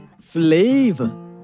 flavor